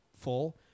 full